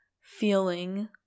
feeling